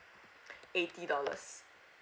eighty dollars